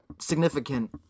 significant